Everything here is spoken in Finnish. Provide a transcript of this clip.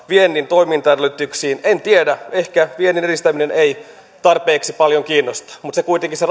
viennin toimintaedellytyksiin en tiedä ehkä viennin edistäminen ei tarpeeksi paljon kiinnosta mutta se